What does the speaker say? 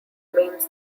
means